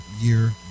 year